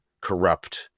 corrupt